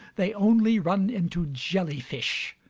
they only run into jellyfish.